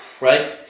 right